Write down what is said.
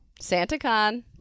SantaCon